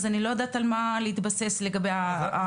אז אני לא יודעת על מה להתבסס לגבי המחקר שלך.